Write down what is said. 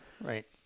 Right